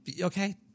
okay